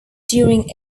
during